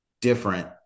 different